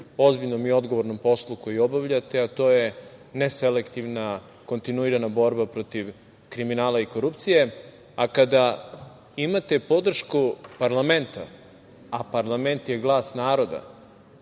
ozbiljnom i odgovornom poslu koji obavljate, a to je ne selektivna kontinuirana borba protiv kriminala i korupcije. Kada imate podršku parlamenta, a parlament je glas naroda,